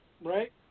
right